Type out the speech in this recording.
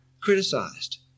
criticized